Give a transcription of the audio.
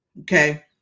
okay